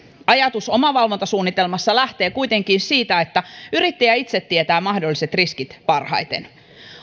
ajatus omavalvontasuunnitelmasta lähtee kuitenkin siitä että yrittäjä itse tietää mahdolliset riskit parhaiten